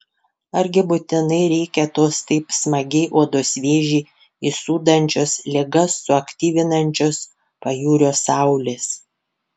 argi būtinai reikia tos taip smagiai odos vėžį įsūdančios ligas suaktyvinančios pajūrio saulės